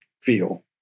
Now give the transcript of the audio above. feel